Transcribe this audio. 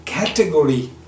category